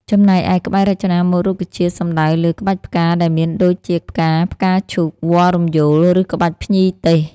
ចំណែកឯ ក្បាច់រចនាម៉ូដរុក្ខជាតិសំដៅលើ ក្បាច់ផ្កាដែលមានដូចជា ផ្កាឈូក វល្លិ៍រំយោល ឬក្បាច់ភ្ញីទេស។